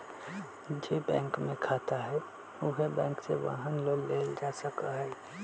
जे बैंक में खाता हए उहे बैंक से वाहन लोन लेल जा सकलई ह